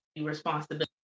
responsibility